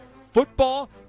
Football